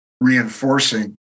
reinforcing